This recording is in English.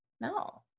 no